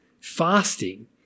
Fasting